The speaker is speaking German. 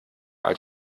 als